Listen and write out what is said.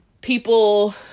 people